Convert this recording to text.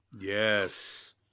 Yes